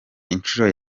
inshuro